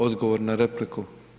Odgovor na repliku.